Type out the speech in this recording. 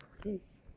Please